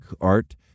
art